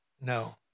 no